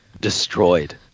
destroyed